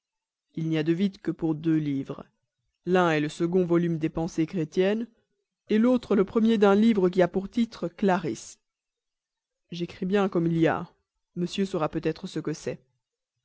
il n'y a de vide que pour deux livres l'un est le second volume des pensées chrétiennes l'autre le premier d'un livre qui a pour titre clarisse j'écris bien comme il y a monsieur saura peut-être ce que c'est